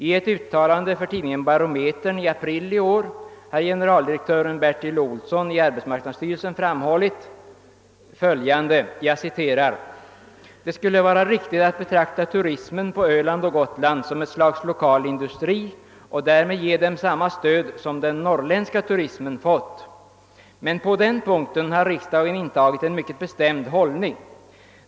I eit uttalande för tidningen Barometern i april i år har generaldirektören Bertil Olsson i arbetsmarknadsstyrelsen framhållit: >Det skulle vara riktigt att betrakta turismen på Öland och Gotland som ett slags lokal industri och därmed ge den samma stöd som den norrländska turismen fått. Men på den punkten har riksdagen intagit en mycket bestämd hållning.